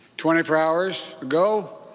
twenty four hours ago,